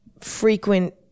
frequent